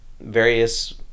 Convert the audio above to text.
various